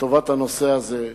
לטובת הנושא הזה.